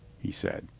he said.